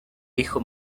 hijo